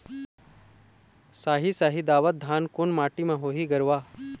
साही शाही दावत धान कोन माटी म होही गरवा?